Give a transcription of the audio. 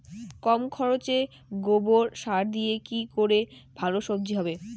কম খরচে গোবর সার দিয়ে কি করে ভালো সবজি হবে?